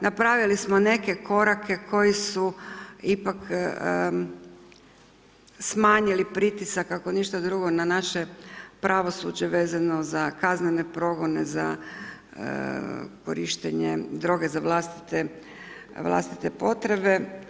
Napravili smo neke korake koji su ipak smanjili pritisak ako ništa drugo na naše pravosuđe vezano za kaznene progone, za korištenje droge za vlastite potrebe.